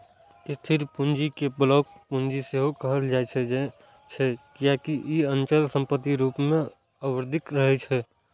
स्थिर पूंजी कें ब्लॉक पूंजी सेहो कहल जाइ छै, कियैकि ई अचल संपत्ति रूप मे अवरुद्ध रहै छै